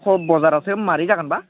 हम बजारावसो माबोरै जागोनबा